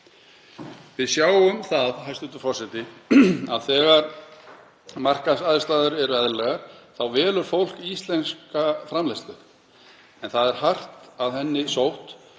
Við sjáum það, hæstv. forseti, að þegar markaðsaðstæður eru eðlilegar þá velur fólk íslenska framleiðslu, en það er hart að henni sótt.